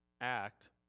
act